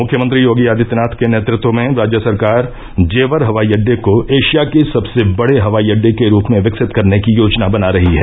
मुख्यमंत्री योगी आदित्यनाथ के नेतृत्व में राज्य सरकार जेवर हवाई अड्डे को एशिया के सबसे बड़े हवाई अड्डे के रूप में विकसित करने की योजना बना रही है